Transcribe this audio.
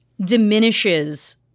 diminishes